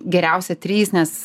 geriausia trys nes